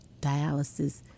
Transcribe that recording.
dialysis